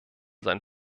sein